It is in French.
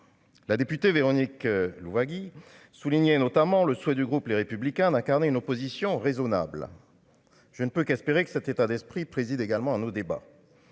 la députée Véronique Louwagie souligné notamment le souhait du groupe, les républicains d'incarner une opposition raisonnables, je ne peux qu'espérer que cet état d'esprit préside également à nos débats